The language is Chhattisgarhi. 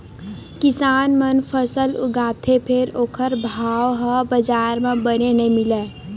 किसान मन फसल उगाथे फेर ओखर भाव ह बजार म बने नइ मिलय